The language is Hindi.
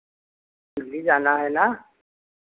दिल्ली जाना है ना